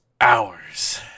hours